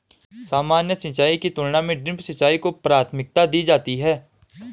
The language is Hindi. सामान्य सिंचाई की तुलना में ड्रिप सिंचाई को प्राथमिकता दी जाती है